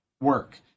work